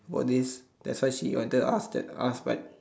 about this that's why she wanted to ask that ask but